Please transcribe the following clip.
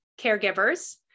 Caregivers